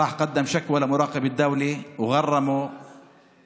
הוא הלך והגיש תלונה למבקר המדינה ומבקר משרד הפנים